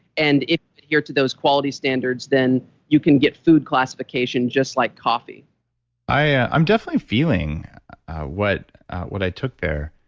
and if you adhere to those quality standards, then you can get food classification just like coffee i'm definitely feeling what what i took there.